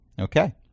Okay